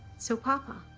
so papa,